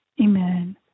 Amen